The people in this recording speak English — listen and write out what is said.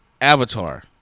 Avatar